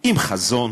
עם חזון,